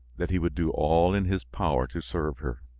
that he would do all in his power to serve her.